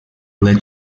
les